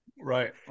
right